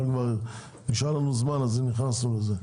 אבל נשאר לנו זמן ונכנסנו לזה.